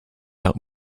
out